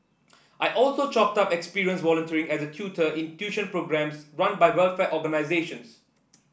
I also chalked up experience volunteering as a tutor in tuition programmes run by welfare organisations